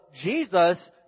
Jesus